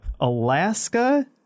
Alaska